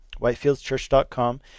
whitefieldschurch.com